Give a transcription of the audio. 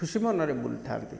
ଖୁସି ମନରେ ବୁଲିଥାନ୍ତି